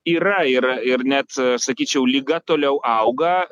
yra yra ir net sakyčiau liga toliau auga